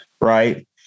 Right